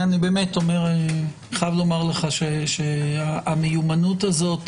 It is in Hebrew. אני חייב לומר לך שהמיומנות הזאת